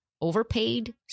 overpaid